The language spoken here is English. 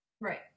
right